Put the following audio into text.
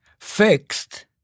Fixed